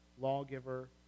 lawgiver